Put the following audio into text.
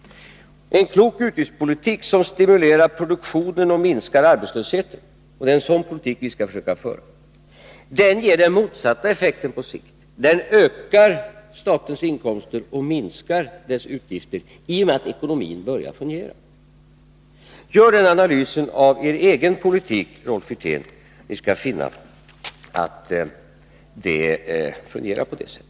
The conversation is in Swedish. En klok utgiftspolitik stimulerar produktionen och minskar arbetslösheten, och det är en sådan politik som vi skall försöka föra. Den ger den motsatta effekten på sikt. Den ökar statens inkomster och minskar dess utgifter i och med att ekonomin börjar fungera. Gör den analysen av er egen politik, Rolf Wirtén, och ni skall finna att det fungerar på detta sätt!